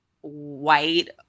white